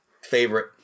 Favorite